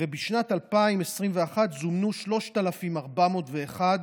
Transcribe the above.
ובשנת 2021 זומנו 3,401